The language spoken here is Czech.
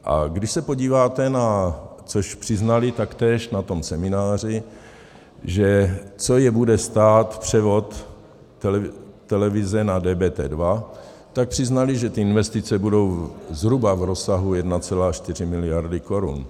A když se podíváte, což přiznali taktéž na tom semináři, co je bude stát převod televize na DBT2, tak přiznali, že ty investice budou zhruba v rozsahu 1,4 miliardy korun.